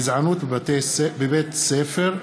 בעקבות דיון מהיר בנושא: גזענות בבית-ספר,